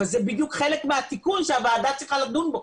אבל זה בדיוק חלק מהתיקון שהוועדה צריכה לדון בו.